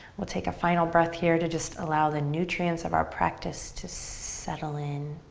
we'll take a final breath here to just allow the nutrients of our practice to settle in.